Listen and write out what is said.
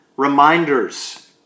Reminders